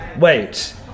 wait